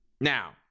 Now